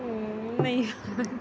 नहि